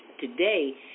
Today